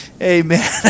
Amen